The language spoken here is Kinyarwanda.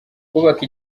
kubaka